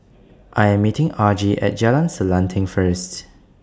I Am meeting Argie At Jalan Selanting First